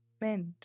meant